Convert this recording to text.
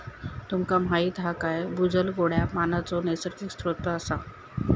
तुमका माहीत हा काय भूजल गोड्या पानाचो नैसर्गिक स्त्रोत असा